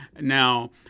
Now